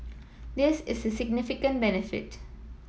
this is a significant benefit